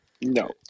No